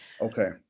Okay